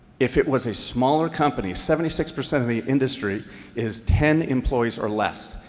if it was a smaller company seventy six percent of the industry is ten employees or less.